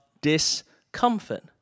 discomfort